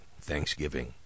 Thanksgiving